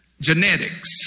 Genetics